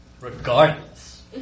Regardless